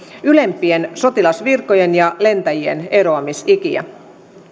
ylempien sotilasvirkojen ja lentäjien eroamisikiä